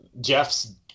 Jeff's